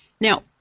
Now